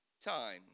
time